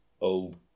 old